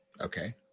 Okay